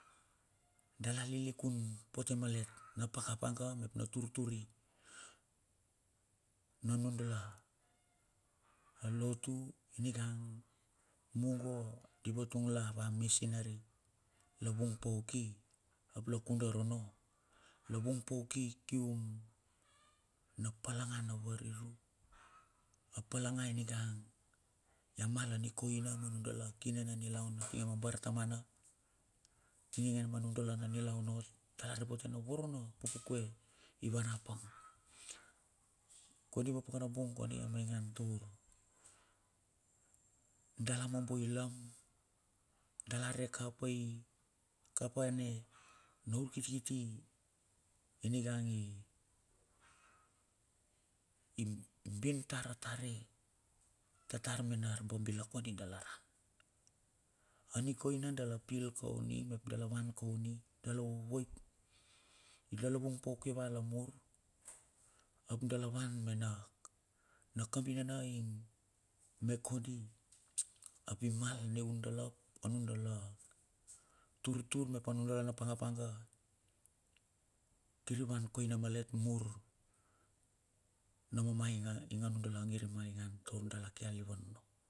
Dala lilikun pote malet na paka panka mep na turi turi. Na nun dala, alotu nigang, mugo di vatung la ava misinari, la vung pauki ap la kundar ono la vung puki kium na palanga na vari ru. A palangai nigang ya mal a nikoina ma nun dala kine na nilaun bartamana, atinge ma nun dala na nilaun ot dala ropote na voro na pupukue i war apang. Kondi ma pakanabung kondi a maingan tavuru. Dala mo boi langu, dala rek a pue. Ka pue ne, na urkitikiti, iningang i bin tara tare. Tatar me nar bom bila kondi dalarat. A nikoina dala pil ko ni mep dala van ko ni, dala voip, dala vung po ki va la mur. Ap dala van mena, na kam bi niena ing, mep kondi. Abi mal ne un dala, a nun dala. Turtur mep a nun dala na panga panga. Kiri van koina malet mur, na mamainga ing a nun dala ngir imaingan taur dala kealilvan ono.